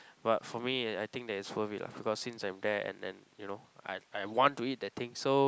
but for me I think that it's worth it lah because since I'm there and and you know I I want to eat that thing so